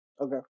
Okay